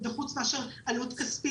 פרט להוספת עלות כספית.